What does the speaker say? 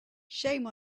shame